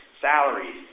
salaries